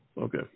okay